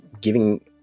giving